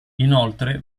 inoltre